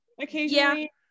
occasionally